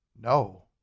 No